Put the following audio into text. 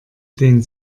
den